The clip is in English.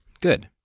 good